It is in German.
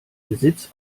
besitz